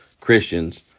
Christians